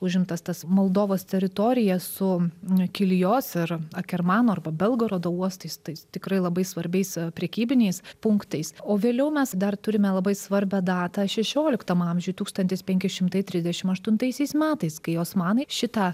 užimtas tas moldovos teritorija su kiljos ir akermano arba belgorodo uostais tais tikrai labai svarbiais prekybiniais punktais o vėliau mes dar turime labai svarbią datą šešioliktam amžiuj tūkstantis penki šimtai trisdešimt aštuntaisiais metais kai osmanai šitą